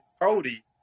Cody